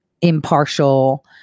impartial